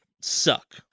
suck